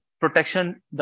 protection